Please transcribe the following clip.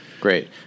Great